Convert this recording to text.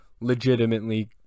legitimately